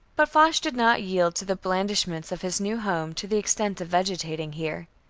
but foch did not yield to the blandishments of his new home to the extent of vegetating here.